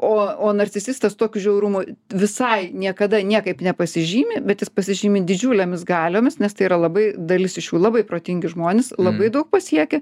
o o narcisistas tokiu žiaurumu visai niekada niekaip nepasižymi bet jis pasižymi didžiulėmis galiomis nes tai yra labai dalis iš jų labai protingi žmonės labai daug pasiekę